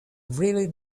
really